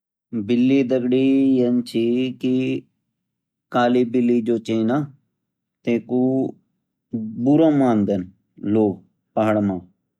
बिल्ली दगड़ी येन ची कि काली बिल्ली जो चे ना ते कू बुरा मान दे लोग पहाड़ां मां